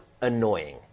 annoying